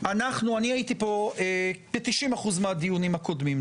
הייתי ב-90% מהדיונים הקודמים,